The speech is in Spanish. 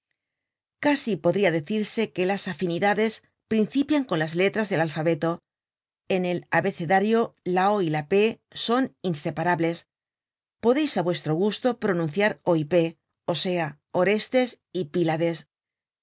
casi podria decirse que las afinidades principian con las letras del alfabeto en el abecedario la o y la p son inseparables podeis á vuestro gusto pronunciar o y p ó sea orestes y pílades